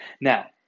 Now